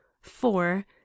Four